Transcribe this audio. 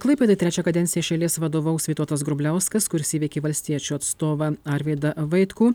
klaipėdai trečią kadenciją iš eilės vadovaus vytautas grubliauskas kuris įveikė valstiečių atstovą arvydą vaitkų